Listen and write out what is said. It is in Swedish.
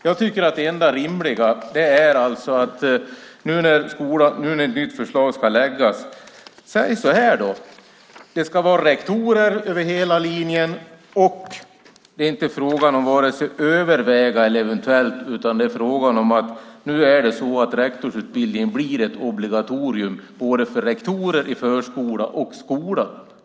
När nu ett nytt förslag ska läggas fram tycker jag att det enda rimliga är att säga så här: Det ska vara rektorer över hela linjen, och det ska inte vara frågan om vare sig "överväga" eller "eventuellt", utan nu är det så att rektorsutbildningen blir ett obligatorium för rektorer i både förskola och skola.